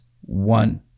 one